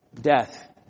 Death